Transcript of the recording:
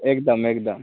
एकदम एकदम